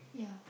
yeah